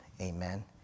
Amen